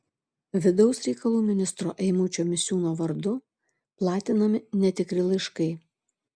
vidaus reikalų ministro eimučio misiūno vardu platinami netikri laiškai